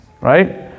Right